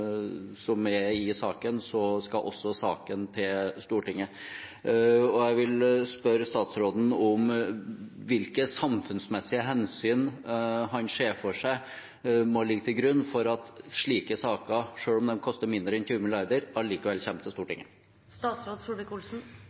i saken, skal det også til Stortinget. Jeg vil spørre statsråden om hvilke samfunnsmessige hensyn han ser for seg må ligge til grunn for at slike saker, selv om de koster mindre enn 20 mrd. kr, allikevel kommer til Stortinget.